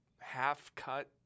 half-cut